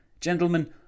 Gentlemen